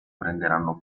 prenderanno